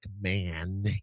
man